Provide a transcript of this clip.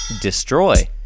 destroy